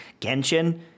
Genshin